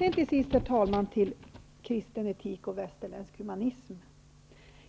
Herr talman! Sist har vi frågan om kristen etik och västerländsk humanism.